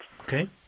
Okay